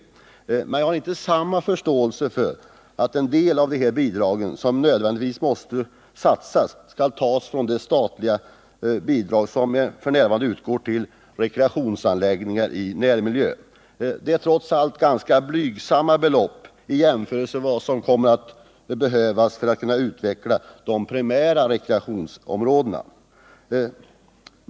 Jag har däremot inte samma förståelse för att en del av de bidrag som nödvändigtvis måste satsas för detta ändamål skall tas från det statliga bidrag som f. n. utgår till rekreationsanläggningar i närmiljö. Det är trots allt ganska blygsamma belopp i jämförelse med vad som kommer att behövas för att kunna utveckla de primära rekreationsområdena.